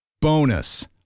Bonus